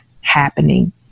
happening